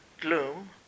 gloom